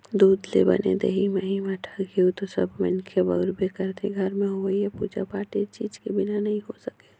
दूद ले बने दही, मही, मठा, घींव तो सब्बो मनखे ह बउरबे करथे, घर में होवईया पूजा पाठ ए चीज के बिना नइ हो सके